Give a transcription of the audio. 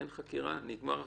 אין חקירה, נגמרה החקירה,